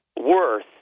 worth